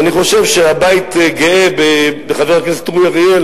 ואני חושב שהבית גאה בחבר הכנסת אורי אריאל